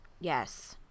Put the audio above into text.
Yes